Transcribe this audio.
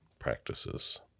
practices